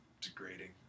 degrading